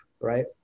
right